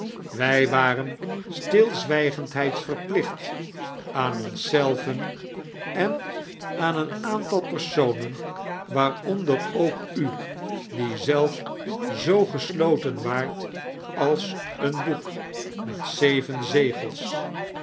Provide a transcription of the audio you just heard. wa ren sttlzwijgendheid verplicht aan oms zelven en aan een aantal personen waaronder ook u die zelf zoo gesloten waart als een boek met zeven zegels